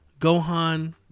Gohan